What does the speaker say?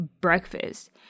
breakfast